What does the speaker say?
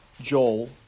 Joel